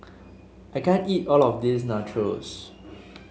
I can't eat all of this Nachos